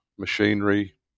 machinery